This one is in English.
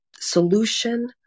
solution